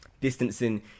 distancing